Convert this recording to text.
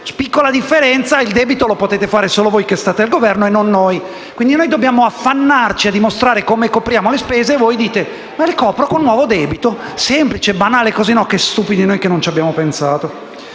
Piccola differenza: il debito lo potete fare solo voi che state al Governo e non noi. Noi dobbiamo affannarci a dimostrare come copriamo le spese, mentre voi dite: «Le copro con nuovo debito». Semplice e banale (che stupidi noi che non ci abbiamo pensato).